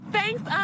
Thanks